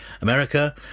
America